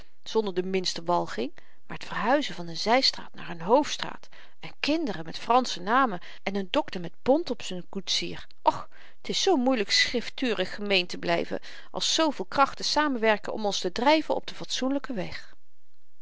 zonder de minste walging maar t verhuizen van een zystraat naar n hoofdstraat en kinderen met fransche namen en n dokter met bont op z'n koetsier och t is zoo moeielyk schrifturig gemeen te blyven als zooveel krachten samenwerken om ons te dryven op den fatsoenlyken weg